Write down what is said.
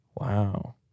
Wow